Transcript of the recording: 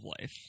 life